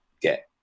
get